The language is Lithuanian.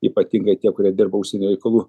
ypatingai tie kurie dirba užsienio reikalų